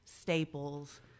staples